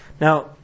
Now